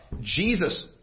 Jesus